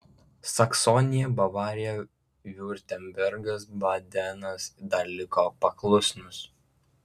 saksonija bavarija viurtembergas badenas dar liko paklusnūs